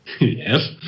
Yes